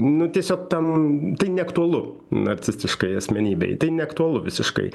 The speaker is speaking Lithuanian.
nu tiesiog tam tai neaktualu narcistiškai asmenybei tai neaktualu visiškai